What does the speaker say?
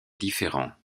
différents